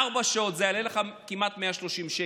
תוך ארבע שעות, זה יעלה לך כמעט 130 שקל.